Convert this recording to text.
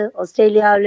Australia